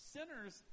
Sinners